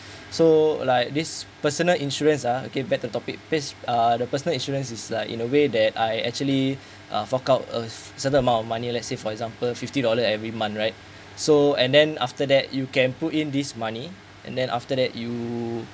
so like this personal insurance ha okay back to topic please uh the personal insurance is like in a way that I actually uh fork out a certain amount of money uh let's say for example fifty dollars every month right so and then after that you can put in this money and then after that you